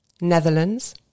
netherlands